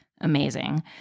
amazing